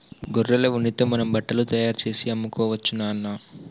గొర్రెల ఉన్నితో మనం బట్టలు తయారుచేసి అమ్ముకోవచ్చు నాన్న